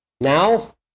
now